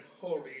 Holy